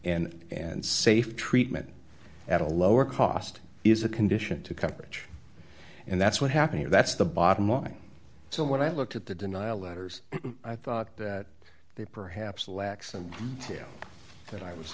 and and safe treatment at a lower cost is a condition to coverage and that's what happened here that's the bottom line so when i looked at the denial letters i thought that they perhaps lax and that i was